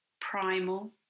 primal